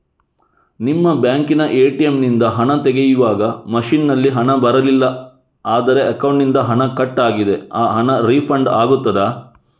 ನಿಮ್ಮ ಬ್ಯಾಂಕಿನ ಎ.ಟಿ.ಎಂ ನಿಂದ ಹಣ ತೆಗೆಯುವಾಗ ಮಷೀನ್ ನಲ್ಲಿ ಹಣ ಬರಲಿಲ್ಲ ಆದರೆ ಅಕೌಂಟಿನಿಂದ ಹಣ ಕಟ್ ಆಗಿದೆ ಆ ಹಣ ರೀಫಂಡ್ ಆಗುತ್ತದಾ?